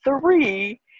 three